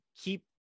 Keep